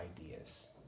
ideas